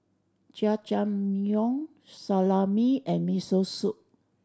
Jajangmyeon Salami and Miso Soup